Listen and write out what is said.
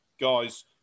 guys